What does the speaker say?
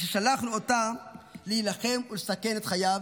וששלחנו אותו להילחם ולסכן את חייו.